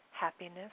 happiness